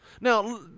now